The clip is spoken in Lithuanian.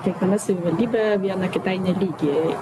kiekviena savivaldybė viena kitai nelygi